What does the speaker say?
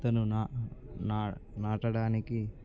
అతను నా నా నాటడానికి